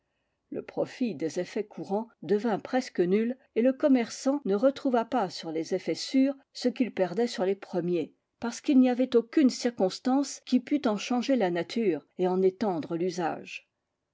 le profit des effets courants devint presque nul et le commerçant ne retrouva pas sur les effets sûrs ce qu'il perdait sur les premiers parce qu'il n'y avait aucune circonstance qui pût en changer la nature et en étendre l'usage